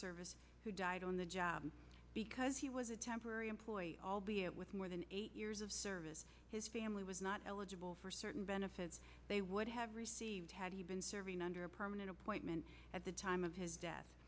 service who died on the job because he was a temporary employee albeit with more than eight years of service his family was not eligible for certain benefits they would have received had he been serving under a permanent appointment at the time of his death